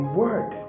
word